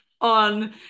on